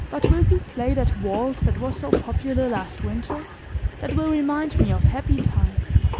but will you play that waltz that was so popular last winter that will remind me of happy times.